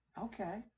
Okay